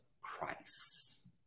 Christ